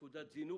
לנקודת זינוק.